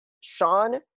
Sean